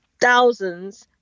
thousands